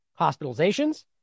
hospitalizations